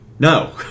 No